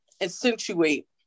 accentuate